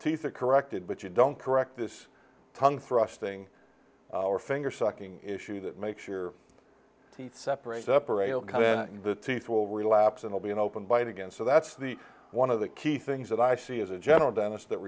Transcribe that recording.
teeth are corrected but you don't correct this tongue thrusting or finger sucking issue that makes your teeth separate up or a cut in the teeth will relapse and will be an open bite again so that's the one of the key things that i see is a general dentist that